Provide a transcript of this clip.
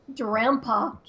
Grandpa